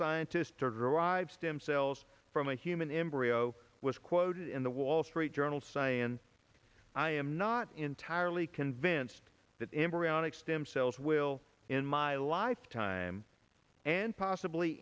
scientist derived stem cells from a human embryo was quoted in the wall street journal science i am not entirely convinced that embryonic stem cells will in my lifetime and possibly